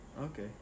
Okay